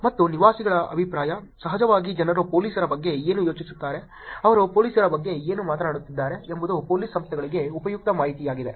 ಮತ್ತು ನಿವಾಸಿಗಳ ಅಭಿಪ್ರಾಯ ಸಹಜವಾಗಿ ಜನರು ಪೊಲೀಸರ ಬಗ್ಗೆ ಏನು ಯೋಚಿಸುತ್ತಾರೆ ಅವರು ಪೊಲೀಸರ ಬಗ್ಗೆ ಏನು ಮಾತನಾಡುತ್ತಿದ್ದಾರೆ ಎಂಬುದು ಪೊಲೀಸ್ ಸಂಸ್ಥೆಗಳಿಗೆ ಉಪಯುಕ್ತ ಮಾಹಿತಿಯಾಗಿದೆ